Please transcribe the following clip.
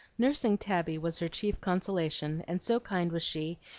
nursing tabby was her chief consolation and so kind was she,